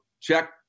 check